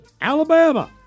Alabama